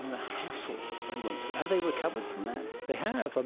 the hassles they went through. have they recovered from that? they have. um